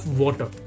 water